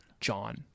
John